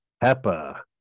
peppa